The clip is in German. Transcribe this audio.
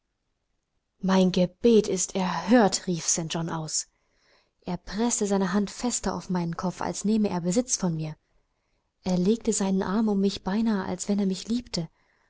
mein gebet ist erhört rief st john aus er preßte seine hand fester auf meinen kopf als nähme er besitz von mir er legte seinen arm um mich beinahe als wenn er mich liebte